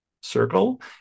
circle